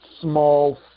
small